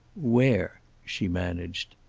where? she managed.